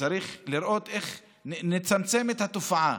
צריך לראות איך לצמצם את התופעה,